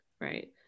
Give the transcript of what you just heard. Right